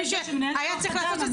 מי שהיה צריך לעשות את זה,